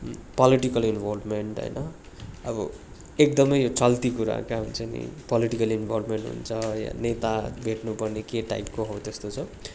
political involvement होइन अब एकदम चल्ती कुराका हुन्छ नि पोलिटिकल्ली इन्भोल्भमेन्ट हुन्छ नेता भेट्नु पर्ने के टाइपको हो त्यस्तो छ